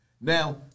Now